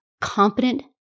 competent